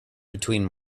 between